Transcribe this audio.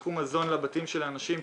חילקו מזון לבתים של האנשים.